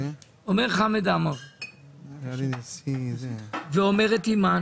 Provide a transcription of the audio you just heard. אומר חמד עמר ואומרת אימאן,